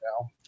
now